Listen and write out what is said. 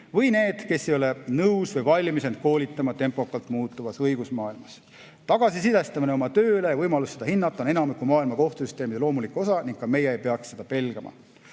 või inimesed, kes ei ole nõus või valmis end koolitama tempokalt muutuvas õigusmaailmas. Tagasiside saamine oma tööle ja võimalus seda hinnata on enamiku maailma kohtusüsteemide loomulik osa ning ka meie ei peaks seda pelgama.